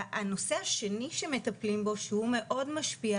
הנושא השני שמטפלים בו שהוא מאוד משפיע